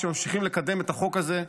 כשממשיכים לקדם את החוק הזה,